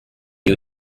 you